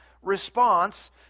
Response